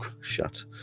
shut